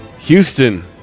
Houston